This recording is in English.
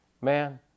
Man